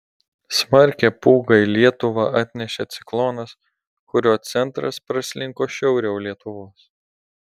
smarkią pūgą į lietuvą atnešė ciklonas kurio centras praslinko šiauriau lietuvos